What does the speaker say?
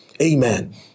Amen